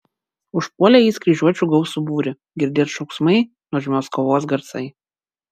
užpuolė jis kryžiuočių gausų būrį girdėt šauksmai nuožmios kovos garsai